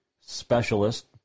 Specialist